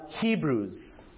Hebrews